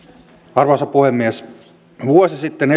arvoisa puhemies vuosi sitten